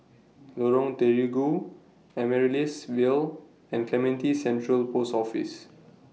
Lorong Terigu Amaryllis Ville and Clementi Central Post Office